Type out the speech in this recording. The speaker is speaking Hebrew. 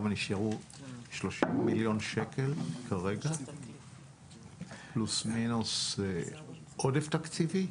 נשארו 30 מיליון שקלים, פלוס-מינוס עודף תקציבי.